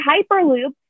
hyperloop